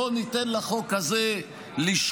בואו ניתן לחוק הזה לשקוע,